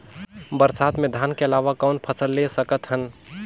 बरसात मे धान के अलावा कौन फसल ले सकत हन?